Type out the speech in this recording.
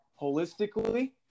holistically